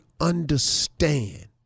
understand